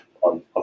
on